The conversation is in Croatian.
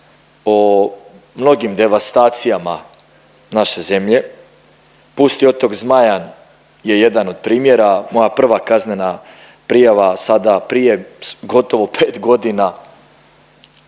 o mnogim devastacijama naše zemlje, pusti otok Zmajan je jedan od primjera. Moja prva kaznena prijava sada prije gotovo pet godina